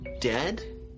dead